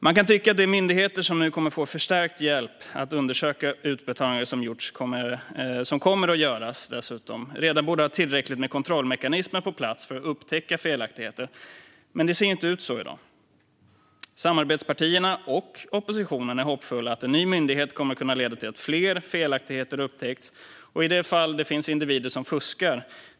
Man kan tycka att de myndigheter som nu kommer att få förstärkt hjälp att undersöka betalningar som har gjorts och kommer att göras redan borde ha tillräckligt med kontrollmekanismer på plats för att upptäcka felaktigheter, men det ser inte ut så i dag. Samarbetspartierna och oppositionen är hoppfulla om att en ny myndighet ska leda till att fler felaktigheter upptäckts och att vi ska kunna sätta dit fler av de individer som fuskar.